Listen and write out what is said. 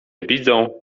widzą